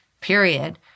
period